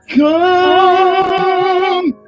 come